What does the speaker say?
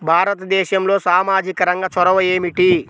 భారతదేశంలో సామాజిక రంగ చొరవ ఏమిటి?